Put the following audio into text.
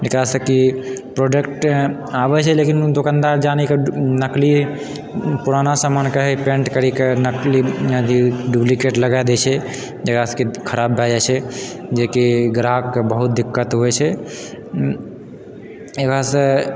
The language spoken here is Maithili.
जकरासँ कि प्रोडक्ट आबै छै लेकिन दोकानदार जानै कऽ नकली पुराना समानके ही पेन्ट करी कऽ नकली अथी डूप्लिकेट लगाए दै छै जकरासँ कि खराब भए जाइ छै जेकि ग्राहकके बहुत दिक्कत होइ छै एकरासँ